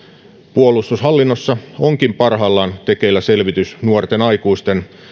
puolustushallinnossa onkin parhaillaan tekeillä selvitys nuorten aikuisten